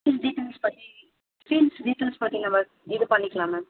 fees details பற்றி fees details பற்றி நம்ப இது பண்ணிக்கலாம் மேம்